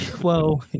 Whoa